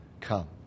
come